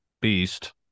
beast